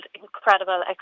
incredible